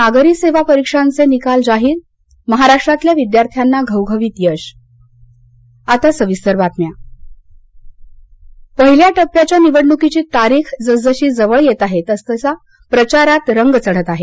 नागरी सेवा परीक्षांचे निकाल जाहीर महाराष्ट्रातल्या विद्यार्थ्यांना घवघवीत यश राहल गांधी वर्धा चंद्रपर पहिल्या टप्प्याच्या निवडणुकीची तारीख जसजशी जवळ येत आहे तसतशी प्रचाराची रंगत आता वाढत आहे